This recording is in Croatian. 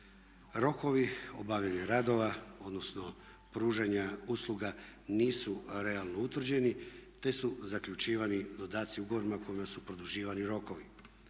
Rokovi o obavljanju radova, odnosno pružanja usluga nisu realno utvrđeni te su zaključivani dodaci ugovorima kojima su produživani rokovi.